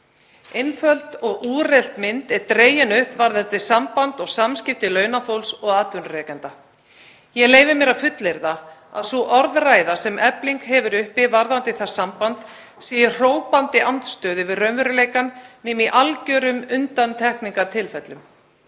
Einföld og úrelt mynd er dregin upp varðandi samband og samskipti launafólks og atvinnurekenda. Ég leyfi mér að fullyrða að sú orðræða sem Efling hefur uppi varðandi það samband sé í hrópandi andstöðu við raunveruleikann nema í algerum undantekningartilfellum,